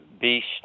beast